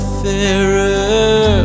fairer